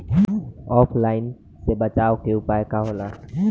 ऑफलाइनसे बचाव के उपाय का होला?